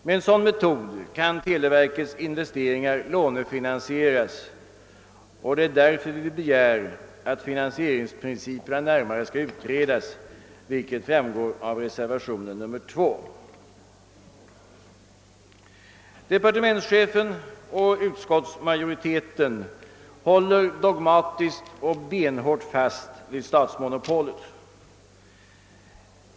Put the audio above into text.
Med en sådan metod kan televerkets investeringar lånefinansieras, och det är därför vi begär att finansieringsprinciperna skall närmare utredas, vilket framgår av reservationen 2. Departementschefen och utskottsmajoriteten håller dogmatiskt och benhårt fast vid statsmonopolet.